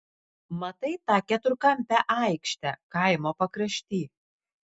matai tą keturkampę aikštę kaimo pakrašty